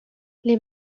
les